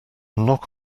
knock